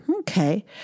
okay